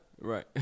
Right